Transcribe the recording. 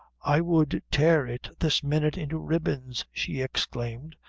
i would tear it this minute into ribbons, she exclaimed,